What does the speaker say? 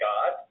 God